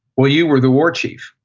well, you were the war chief.